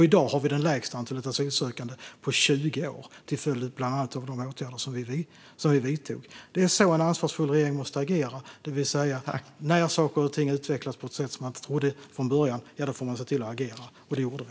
I dag har vi det lägsta antalet asylsökande på 20 år, bland annat till följd av de åtgärder som vi vidtog. Det är så en ansvarsfull regering måste agera. När saker och ting utvecklas på ett sätt som man inte trodde från början får man se till att agera, och det gjorde vi.